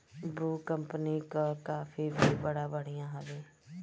Bru company कअ coffee भी बड़ा बढ़िया हवे